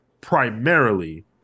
primarily